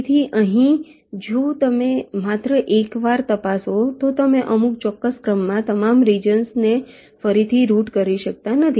તેથી અહીં જો તમે માત્ર એકવાર તપાસો તો તમે અમુક ચોક્કસ ક્રમમાં તમામ રિજન્સ ને ફરીથી રૂટ કરી શકતા નથી